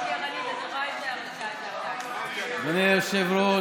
אדוני היושב-ראש,